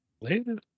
Later